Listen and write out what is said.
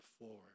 forward